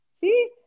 See